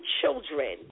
children